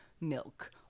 milk